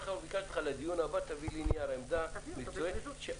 כבר ביקשתי ממך להביא לי נייר עמדה לדיון הבא,